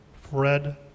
Fred